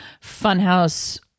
Funhouse